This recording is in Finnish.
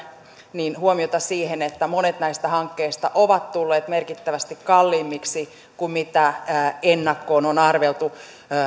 kiinnittäisin huomiota myös siihen että monet näistä hankkeista ovat tulleet merkittävästi kalliimmiksi kuin ennakkoon on arveltu